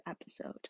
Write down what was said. episode